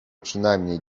przynajmniej